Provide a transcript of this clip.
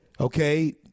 Okay